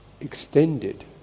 extended